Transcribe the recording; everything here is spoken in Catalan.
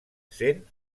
sent